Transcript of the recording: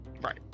Right